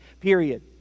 period